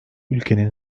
ülkenin